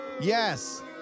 Yes